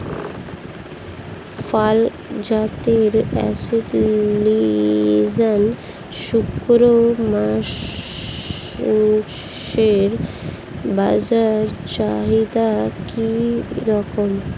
ভাল জাতের অস্ট্রেলিয়ান শূকরের মাংসের বাজার চাহিদা কি রকম?